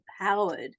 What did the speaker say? empowered